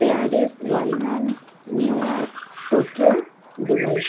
Paris London New York Tokyo Dubai